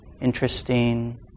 interesting